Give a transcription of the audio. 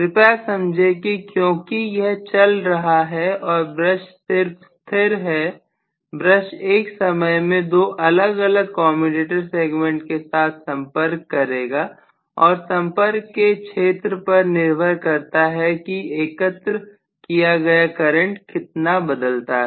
कृपया समझें कि क्योंकि यह चल रहा है और ब्रश सिर्फ स्थिर है ब्रश एक समय में दो अलग अलग कम्यूटेटर सेगमेंट के साथ संपर्क करेगा और संपर्क के क्षेत्र पर निर्भर करता है कि एकत्र किया गया करंट कितना बदलता है